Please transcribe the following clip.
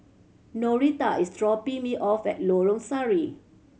Noreta is dropping me off at Lorong Sari